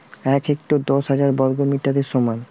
এক হেক্টর দশ হাজার বর্গমিটারের সমান